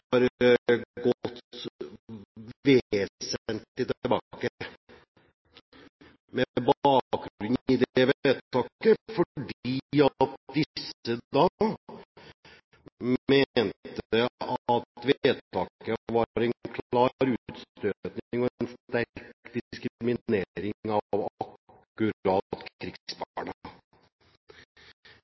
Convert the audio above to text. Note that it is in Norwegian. har gått vesentlig tilbake med bakgrunn i dette vedtaket, fordi disse mente at vedtaket var en klar utstøting og en sterk diskriminering av akkurat